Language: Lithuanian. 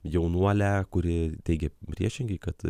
jaunuolę kuri teigia priešingai kad